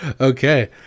Okay